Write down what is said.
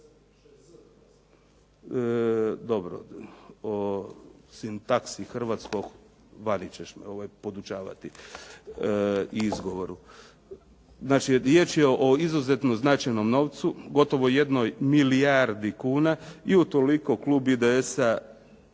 Dobro, o sintaksi hrvatskog vani ćeš me podučavati i izgovoru. Znači, riječ je o izuzetno značajnom novcu, gotovo jednoj milijardi kuna i utoliko klub IDS-a